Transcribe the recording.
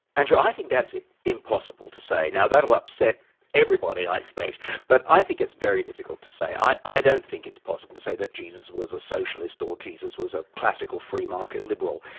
andrew i think that's impossible to say. now that'll upset everybody i expect but i think it's very difficult to say. i i don't think it's possible to say that jesus was a socialist or jesus was a classical free-market liberal.